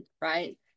right